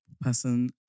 person